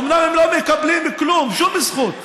אומנם הם לא מקבלים כלום, שום זכות.